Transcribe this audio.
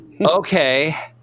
Okay